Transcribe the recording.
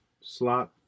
slot